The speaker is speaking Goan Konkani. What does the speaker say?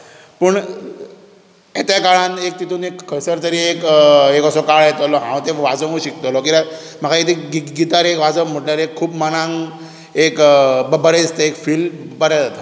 पूण हे त्या काळांत खंयसर तरी एक एक असो काळ येतलो हांव तें वाजोवंकूच शिकतलो म्हाका एक ती गिटार एक वाजोवप म्हटल्यार एक खूब मनांत एक बरें दिसता एक फील बरें जाता